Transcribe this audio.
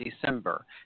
December